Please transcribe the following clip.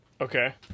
Okay